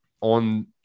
on